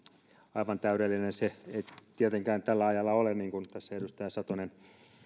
aivan täydellinen se ei tietenkään tällä ajalla ole niin kuin tässä edustaja satonen